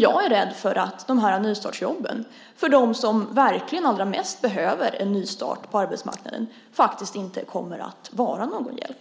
Jag är rädd att dessa nystartsjobb för dem som verkligen allra mest behöver en nystart på arbetsmarknaden faktiskt inte kommer att vara någon hjälp.